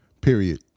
Period